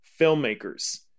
filmmakers